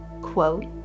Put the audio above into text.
quote